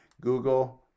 Google